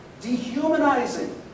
dehumanizing